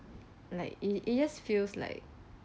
like it it just feel like